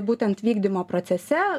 būtent vykdymo procese